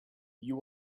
you